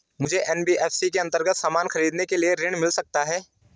मुझे एन.बी.एफ.सी के अन्तर्गत सामान खरीदने के लिए ऋण मिल सकता है?